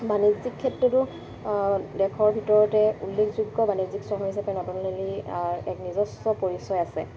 বাণিজ্যিক ক্ষেত্ৰতো দেশৰ ভিতৰতে উল্লেখযোগ্য বাণিজ্যিক চহৰ হিচাপে নতুন দিল্লী এক নিজস্ব পৰিচয় আছে